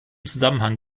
zusammenhang